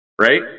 Right